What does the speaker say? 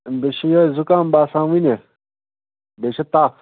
بہٕ چھُس یِہٕے زُکام باسان ؤنۍ نہِ بیٚیہِ چھِ تپھ